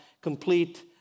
complete